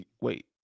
Wait